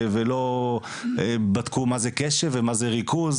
ולא בדקו מה זה קשב ומה זה ריכוז.